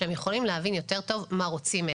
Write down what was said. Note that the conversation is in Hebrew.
שהם יכולים להבין יותר טוב מה רוצים מהם.